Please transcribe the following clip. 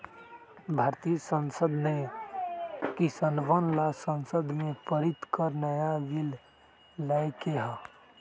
भारतीय संसद ने किसनवन ला संसद में पारित कर नया बिल लय के है